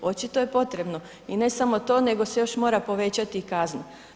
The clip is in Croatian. Očito je potrebno i ne samo to nego se još mora povećati i kazna.